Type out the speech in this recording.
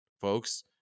folks